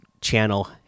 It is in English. channel